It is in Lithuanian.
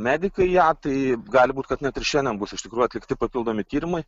medikai ją tai gali būt kad net ir šiandien bus iš tikrųjų atlikti papildomi tyrimai